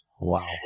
Wow